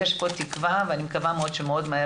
יש פה תקווה ואני מקווה מאוד שמאוד מהר